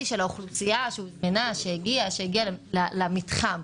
של האוכלוסייה שהוזמנה ושהגיעה למתחם.